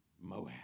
Moab